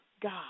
God